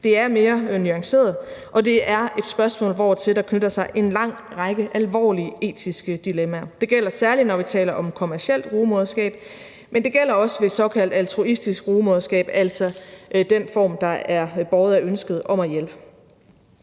Det er mere nuanceret, og det er et spørgsmål, hvortil der knytter sig en lang række alvorlige etiske dilemmaer. Det gælder særlig, når vi taler om kommercielt rugemoderskab, men det gælder også ved såkaldt altruistisk rugemoderskab, altså den form, der er båret af ønsket om at hjælpe.